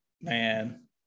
man